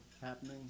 happening